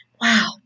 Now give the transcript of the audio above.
Wow